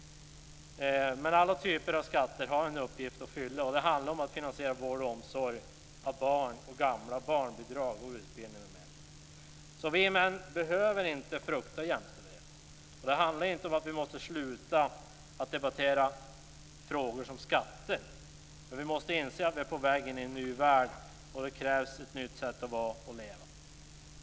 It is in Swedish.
Men alla typer av skatter har en uppgift att fylla. Det handlar om att finansiera vård och omsorg av barn och gamla samt om barnbidrag, utbildning m.m. Vi män behöver alltså inte frukta jämställdheten. Det handlar inte om att vi måste sluta debattera skattefrågor men vi måste inse att vi är på väg in i en ny värld. Det krävs ett nytt sätt att vara och att leva.